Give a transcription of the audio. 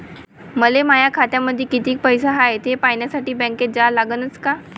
मले माया खात्यामंदी कितीक पैसा हाय थे पायन्यासाठी बँकेत जा लागनच का?